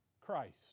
Christ